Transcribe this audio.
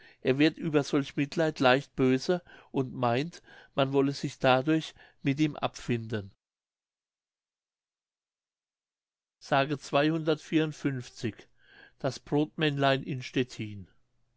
er wird über solch mitleid leicht böse und meint man wolle sich dadurch mit ihm abfinden mündlich das brodmännlein in stettin